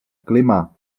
klima